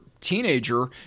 teenager